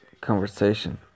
conversation